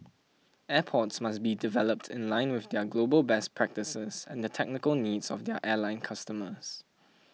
airports must be developed in line with their global best practices and the technical needs of their airline customers